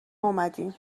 اومدیم